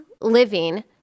living